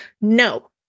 no